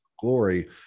glory